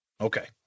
Okay